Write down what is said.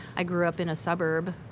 i grew up in a suburb,